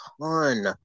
ton